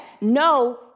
No